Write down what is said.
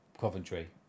Coventry